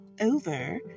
over